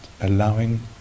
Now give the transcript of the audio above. allowing